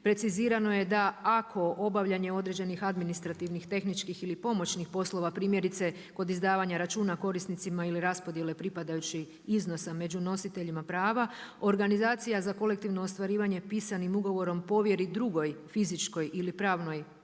precizirano je da ako obavljanje određenih administrativnih, tehničkih ili pomoćnih poslova primjerice kod izdavanja računa korisnicima ili raspodjele pripadajućih iznosa među nositeljima prava organizacija za kolektivno ostvarivanje pisanim ugovorom povjeri drugoj fizičkoj ili pravnoj